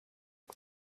met